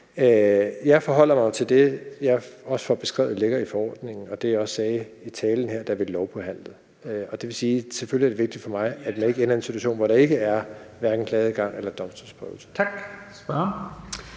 Jeg forholder mig jo til det, som jeg også får beskrevet ligger i forordningen, og det, jeg også sagde i talen, da vi lovbehandlede. Det vil sige, at selvfølgelig er det vigtigt for mig, at man ikke ender i en situation, hvor der ikke er hverken klageadgang eller domstolsprøvelse. Kl.